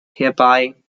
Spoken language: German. hierbei